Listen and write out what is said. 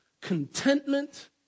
contentment